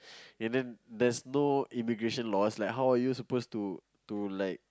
and then there's no immigration laws like how you suppose to to like